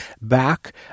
back